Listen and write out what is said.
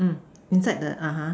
mm inside the (uh huh)